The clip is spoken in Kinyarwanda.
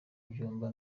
byumba